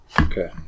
Okay